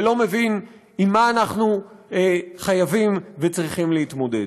ולא מבין עם מה אנחנו חייבים וצריכים להתמודד.